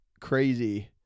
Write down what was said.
crazy